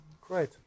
great